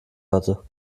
hatte